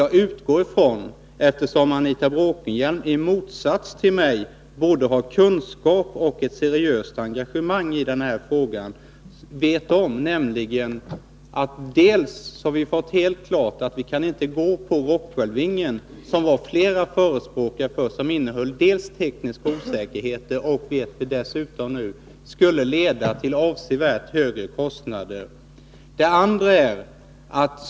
Jag utgår från att Anita Bråkenhielm, som — i motsats till mig-— både har kunskaper och visar ett seriöst engagemang i denna fråga, vet att vi bl.a. har fått det helt klarlagt att vi inte kan välja Rockwellvingen, som många har förespråkat. Det alternativet innehöll tekniska osäkerheter och skulle — det vet vi nu — ha lett till avsevärt högre kostnader.